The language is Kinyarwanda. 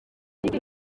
ati